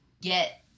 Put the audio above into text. get